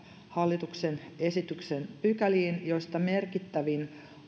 hallituksen esityksen pykäliin muutamaa muutosta joista merkittävin